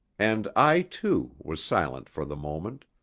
and i, too, was silent for the moment,